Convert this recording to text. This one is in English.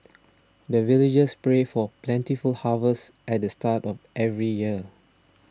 the villagers pray for plentiful harvest at the start of every year